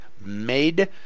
made